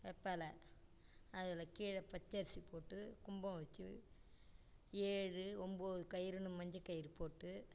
வேப்பல அதில் கீழே பச்சரிசிப் போட்டு கும்பம் வச்சு ஏழு ஒம்பது கயிறுன்னு மஞ்சக் கயிறுப் போட்டு